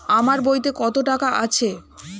আমার বইতে কত টাকা আছে?